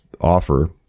offer